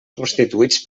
constituïts